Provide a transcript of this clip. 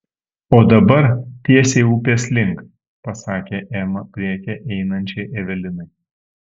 o dabar tiesiai upės link pasakė ema priekyje einančiai evelinai